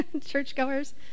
churchgoers